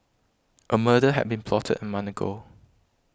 a murder had been plotted a month ago